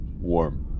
warm